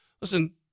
Listen